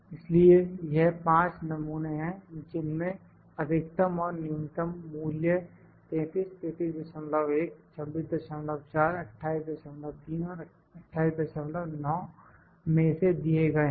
इसलिए यह 5 नमूने हैं जिनमें अधिकतम और न्यूनतम मूल्य 33 331 264 283 और 289 में से दिए गए हैं